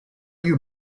you